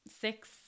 six